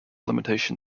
limitation